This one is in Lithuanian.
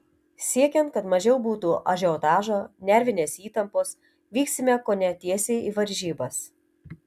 siekiant kad mažiau būtų ažiotažo nervinės įtampos vyksime kone tiesiai į varžybas